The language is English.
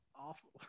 awful